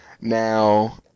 Now